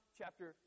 chapter